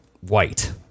white